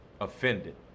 offended